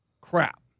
crap